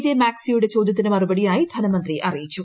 J മാക്സിയുടെ ചോദ്യത്തിന് മറുപടി യായി ധനമന്ത്രി അറിയിച്ചു